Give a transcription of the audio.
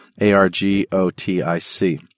A-R-G-O-T-I-C